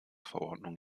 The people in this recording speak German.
verordnung